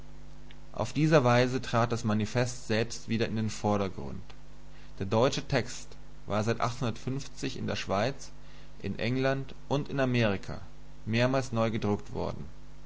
auf diese weise trat das manifest selbst wieder in den vordergrund der deutsche text war seit in der schweiz in england und in amerika mehrmals neu gedruckt worden